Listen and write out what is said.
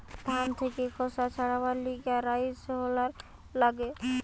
ধান থেকে খোসা ছাড়াবার লিগে রাইস হুলার লাগে